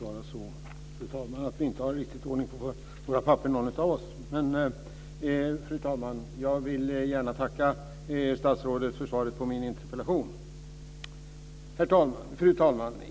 Fru talman! Jag vill gärna tacka statsrådet för svaret på min interpellation. Fru talman!